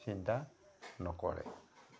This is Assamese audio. চিন্তা নকৰে